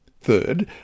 Third